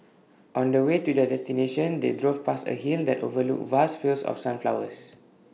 on the way to their destination they drove past A hill that overlooked vast fields of sunflowers